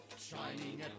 Shining